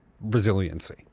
resiliency